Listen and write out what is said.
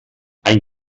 ein